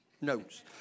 notes